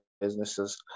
businesses